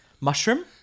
Mushroom